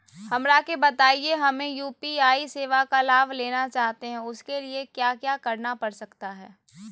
हमरा के बताइए हमें यू.पी.आई सेवा का लाभ लेना चाहते हैं उसके लिए क्या क्या करना पड़ सकता है?